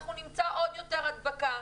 אנחנו נמצא עוד יותר הדבקה.